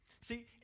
See